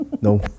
No